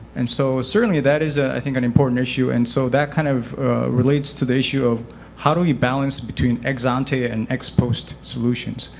and so certainly, that is, i think, an important issue. and so that kind of relates to the issue of how do we balance between ex-ante and ex-post solutions?